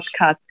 podcast